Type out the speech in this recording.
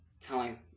telling